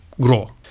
grow